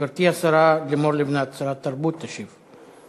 גברתי השרה לימור לבנת, שרת התרבות, תשיב.